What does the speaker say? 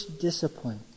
discipline